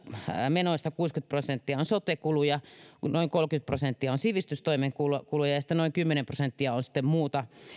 menoista kuusikymmentä prosenttia on sote kuluja noin kolmekymmentä prosenttia on sivistystoimen kuluja kuluja ja noin kymmenen prosenttia on sitten muuta